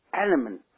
Element